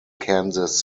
kansas